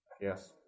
yes